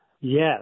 Yes